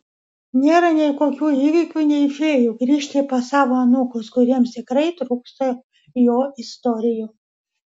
nėra nei kokių įvykių nei fėjų grįžti pas savo anūkus kuriems tikrai trūksta jo istorijų